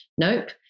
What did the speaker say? nope